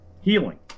healing